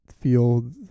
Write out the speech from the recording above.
feel